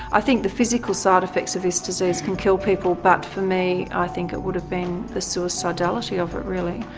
i think the physical side effects of this disease can kill people, but for me i think it would have been the suicidality of it really.